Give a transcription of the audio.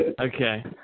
Okay